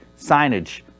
signage